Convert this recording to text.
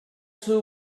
too